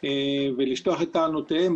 ולשטוח את טענותיהם,